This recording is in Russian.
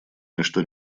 ничто